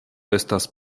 estas